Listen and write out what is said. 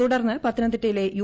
തുടർന്ന് പത്തനംതിട്ടയിലെ യു